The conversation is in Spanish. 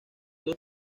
dos